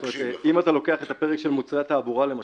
אם אתה לוקח את הפרק של מוצרי התעבורה, למשל,